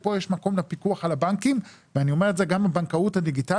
פה יש מקום לפיקוח על הבנקים ואני אומר את זה גם לבנקאות הדיגיטלית,